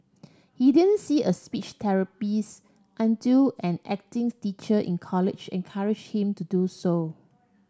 he didn't see a speech therapist until an acting teacher in college encourage him to do so